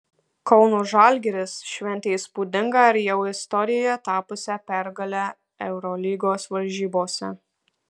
kauno žalgiris šventė įspūdingą ir jau istorija tapusią pergalę eurolygos varžybose